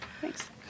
Thanks